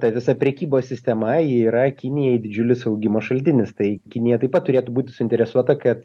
ta visa prekybos sistema ji yra kinijai didžiulis augimo šaltinis tai kinija taip pat turėtų būti suinteresuota kad